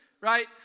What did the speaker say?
Right